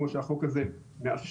כמו שהחוק הזה מאפשר,